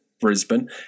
Brisbane